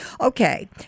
Okay